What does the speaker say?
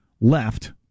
left